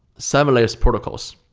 seven layers protocols.